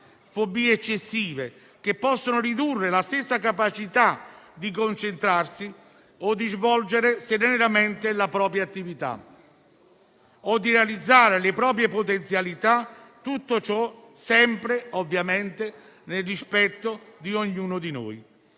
fobie eccessive che possono ridurre la stessa capacità di concentrarsi, di svolgere serenamente la propria attività o di realizzare le proprie potenzialità. Tutto ciò sempre ovviamente nel rispetto di ognuno di noi.